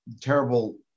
terrible